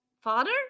father